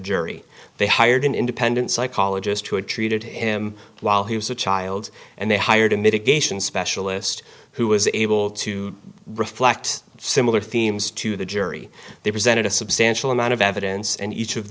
jury they hired an independent psychologist who had treated him while he was a child and they hired a mitigation specialist who was able to reflect similar themes to the jury they presented a substantial amount of evidence and each of